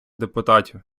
депутатів